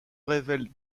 révèle